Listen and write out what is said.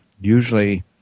usually